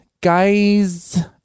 guys